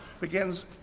begins